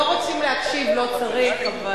לא רוצים להקשיב, לא צריך.